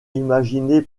imaginé